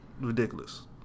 ridiculous